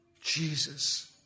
Jesus